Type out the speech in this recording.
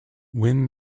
when